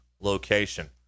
location